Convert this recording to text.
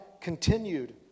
continued